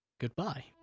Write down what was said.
goodbye